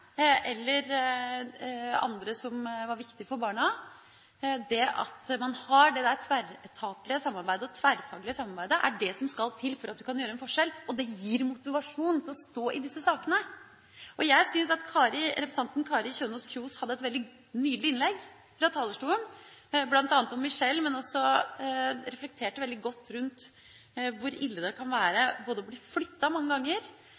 eller andre som er viktige for barna. Det at man har et tverretatlig og tverrfaglig samarbeid, er det som skal til for at man kan gjøre en forskjell – og det gir motivasjon til å stå i disse sakene. Jeg syns at representanten Kari Kjønaas Kjos holdt et veldig nydelig innlegg fra talerstolen, bl.a. om Michelle, men hun reflekterte også veldig godt rundt hvor ille det kan være å bli flyttet mange ganger,